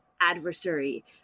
adversary